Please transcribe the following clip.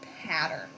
pattern